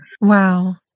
Wow